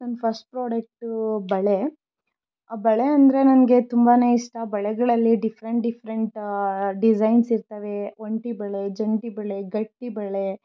ನನ್ನ first product ಬಳೆ ಬಳೆ ಅಂದರೆ ನನಗೆ ತುಂಬಾ ಇಷ್ಟ ಬಳೆಗಳಲ್ಲಿ ಡಿಫ್ರೆಂಟ್ ಡಿಫ್ರೆಂಟ್ ಡಿಸೈನ್ಸ್ ಇರ್ತವೆ ಒಂಟಿ ಬಳೆ ಜಂಟಿ ಬಳೆ ಗಟ್ಟಿ ಬಳೆ